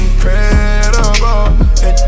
Incredible